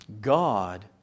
God